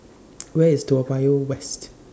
Where IS Toa Payoh West